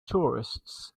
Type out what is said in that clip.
tourists